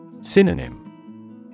Synonym